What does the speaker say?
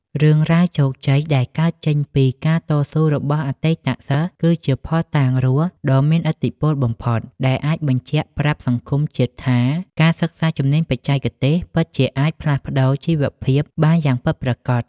រឿងរ៉ាវជោគជ័យដែលកើតចេញពីការតស៊ូរបស់អតីតសិស្ស គឺជាភស្តុតាងរស់ដ៏មានឥទ្ធិពលបំផុត ដែលអាចបញ្ជាក់ប្រាប់សង្គមជាតិថា ការសិក្សាជំនាញបច្ចេកទេសពិតជាអាចផ្លាស់ប្តូរជីវភាពបានយ៉ាងពិតប្រាកដ។